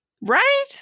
right